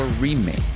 Remake